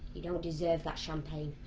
you don't deserve that champagne.